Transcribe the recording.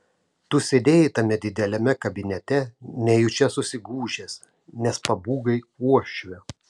tu sėdėjai tame dideliame kabinete nejučia susigūžęs nes pabūgai uošvio